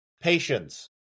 Patience